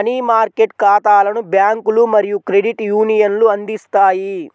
money market ఖాతాలను బ్యాంకులు మరియు క్రెడిట్ యూనియన్లు అందిస్తాయి